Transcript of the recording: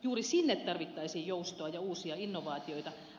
juuri sinne tarvittaisiin joustoa ja uusia innovaatioita